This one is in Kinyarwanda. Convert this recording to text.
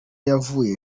yavuye